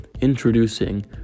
Introducing